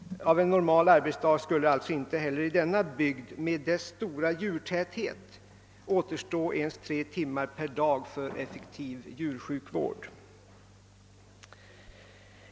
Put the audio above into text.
Av en normal arbetsdag skulle alltså inte heller i denna bygd med dess stora djurtäthet återstå ens tre timmar för effektiv djursjukvård.